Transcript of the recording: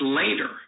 later